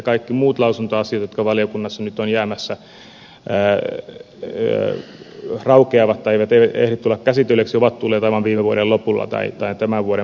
kaikki muut lausuntoasiat jotka valiokunnassa nyt ovat jäämässä raukeavat tai eivät ehdi tulla käsitellyiksi ovat tulleet aivan viime vuoden lopulla tai tämän vuoden puolella